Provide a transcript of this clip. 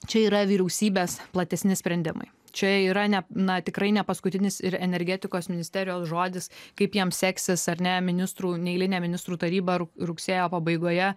čia yra vyriausybės platesni sprendimai čia yra ne na tikrai nepaskutinis ir energetikos ministerijos žodis kaip jiem seksis ar ne ministrų neeilinė ministrų taryba rug rugsėjo pabaigoje